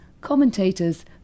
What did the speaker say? commentators